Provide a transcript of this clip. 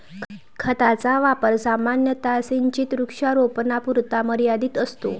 खताचा वापर सामान्यतः सिंचित वृक्षारोपणापुरता मर्यादित असतो